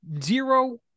zero